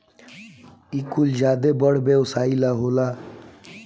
इ कुल ज्यादे बड़ व्यवसाई ला होला